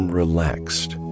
relaxed